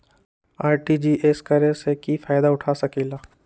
RTGS करे से की फायदा उठा सकीला?